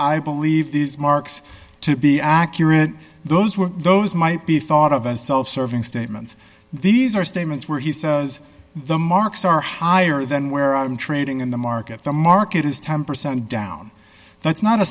i believe these marks to be accurate those were those might be thought of as self serving statements these are statements where he says the marks are higher than where i'm trading in the market the market is temper sent down that's not a